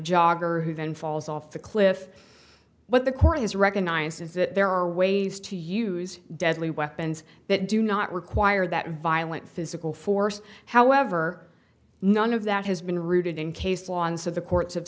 jogger who then falls off the cliff what the court has recognized is that there are ways to use deadly weapons that do not require that violent physical force however none of that has been rooted in case law and so the courts have